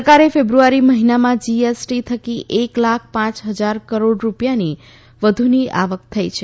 સરકારને ફેબ્રુઆરી મહિનામાં જીએસટી થકી એક લાખ પાંચ હજાર કરોડ રૂપિયાથી વધુની આવક થઈ છે